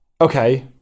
Okay